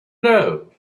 know